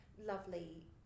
lovely